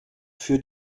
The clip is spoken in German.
für